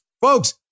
Folks